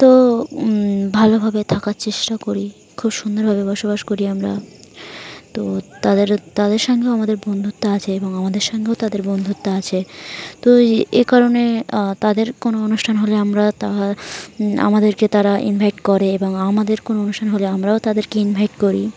তো ভালোভাবে থাকার চেষ্টা করি খুব সুন্দরভাবে বসবাস করি আমরা তো তাদের তাদের সঙ্গেও আমাদের বন্ধুত্ব আছে এবং আমাদের সঙ্গেও তাদের বন্ধুত্ব আছে তো এ কারণে তাদের কোনো অনুষ্ঠান হলে আমরা তাহা আমাদেরকে তারা ইনভাইট করে এবং আমাদের কোনো অনুষ্ঠান হলে আমরাও তাদেরকে ইনভাইট করি